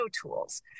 tools